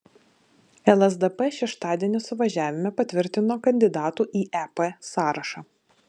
lsdp šeštadienį suvažiavime patvirtino kandidatų į ep sąrašą